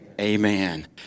amen